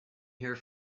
here